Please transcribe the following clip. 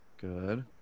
Good